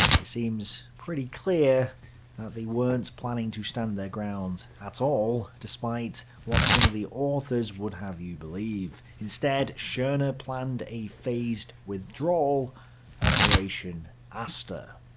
it seem pretty clear that they weren't planning to stand their ground at all, despite what some of the authors would have you believe. instead, schorner planned a phased withdrawal operation aster.